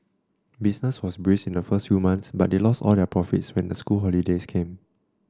business was brisk in the first few months but they lost all their profits when the school holidays came